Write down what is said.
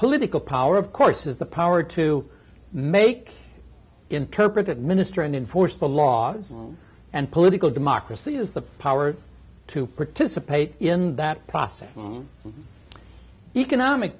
political power of course is the power to make interpretive minister and enforce the laws and political democracy is the power to participate in that